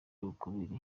ukubiri